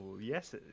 yes